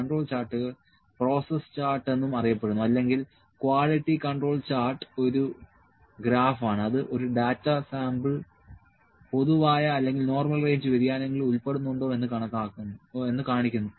control chart process chart എന്നും അറിയപ്പെടുന്നു അല്ലെങ്കിൽ ക്വാളിറ്റി കൺട്രോൾ ചാർട്ട് ഒരു ഗ്രാഫാണ് അത് ഒരു ഡാറ്റാ സാമ്പിൾ പൊതുവായ അല്ലെങ്കിൽ നോർമൽ റേഞ്ച് വ്യതിയാനങ്ങളിൽ ഉൾപ്പെടുന്നുണ്ടോ എന്ന് കാണിക്കുന്നു